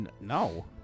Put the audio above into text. No